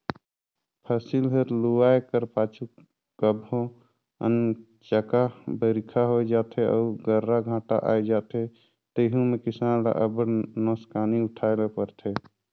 फसिल हर लुवाए कर पाछू कभों अनचकहा बरिखा होए जाथे अउ गर्रा घांटा आए जाथे तेहू में किसान ल अब्बड़ नोसकानी उठाए ले परथे